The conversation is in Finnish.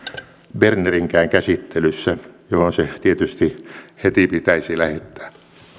bernerinkään käsittelyssä johon se tietysti heti pitäisi lähettää